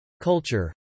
culture